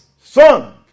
son